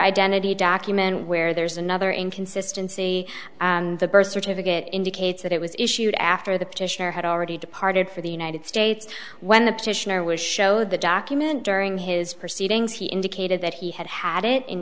identity document where there's another inconsistency and the birth certificate indicates that it was issued after the petitioner had already departed for the united states when the petitioner was show the document during his proceedings he indicated that he had had it in